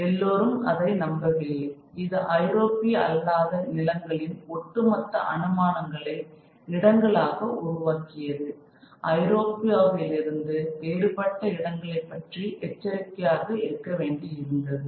எல்லோரும் அதை நம்பவில்லை இது ஐரோப்பிய அல்லாத நிலங்களின் ஒட்டுமொத்த அனுமானங்களை இடங்களாக உருவாக்கியது ஐரோப்பாவிலிருந்து வேறுபட்ட இடங்களைப் பற்றி எச்சரிக்கையாக இருக்க வேண்டியிருந்தது